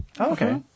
Okay